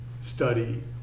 study